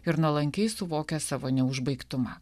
ir nuolankiai suvokia savo neužbaigtumą